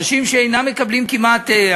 אנשים שאינם מקבלים כמעט,